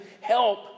help